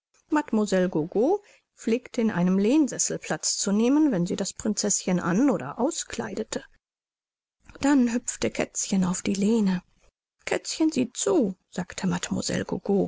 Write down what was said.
pflegte in einem lehnsessel platz zu nehmen wenn sie das prinzeßchen an oder auskleidete dann hüpfte kätzchen auf die lehne kätzchen sieht zu sagte